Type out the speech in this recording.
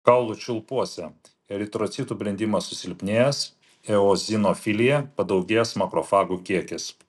kaulų čiulpuose eritrocitų brendimas susilpnėjęs eozinofilija padaugėjęs makrofagų kiekis